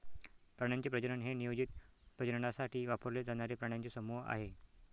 प्राण्यांचे प्रजनन हे नियोजित प्रजननासाठी वापरले जाणारे प्राण्यांचे समूह आहे